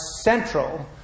central